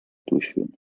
durchführen